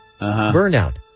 Burnout